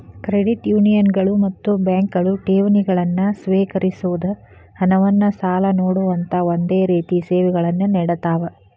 credit ಯೂನಿಯನ್ಗಳು ಮತ್ತ ಬ್ಯಾಂಕ್ಗಳು ಠೇವಣಿಗಳನ್ನ ಸ್ವೇಕರಿಸೊದ್, ಹಣವನ್ನ್ ಸಾಲ ನೇಡೊಅಂತಾ ಒಂದ ರೇತಿ ಸೇವೆಗಳನ್ನ ನೇಡತಾವ